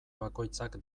bakoitzak